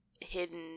hidden